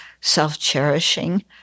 self-cherishing